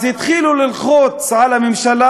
אז התחילו ללחוץ על הממשלה: